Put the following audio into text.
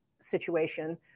situation